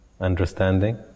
understanding